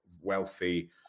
wealthy